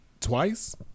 twice